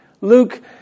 Luke